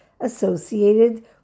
associated